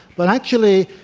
but actually,